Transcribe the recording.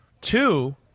Two